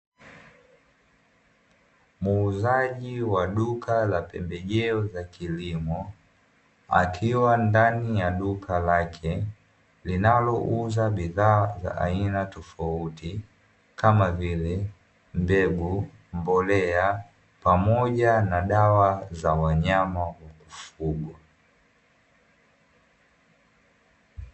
Muuzaji wa duka la pembejeo za kilimo akiwa ndani ya duka lake linalouza bidhaa za aina tofauti kama vile mbegu, mbolea pamoja na dawa za wanyama wa kufugwa.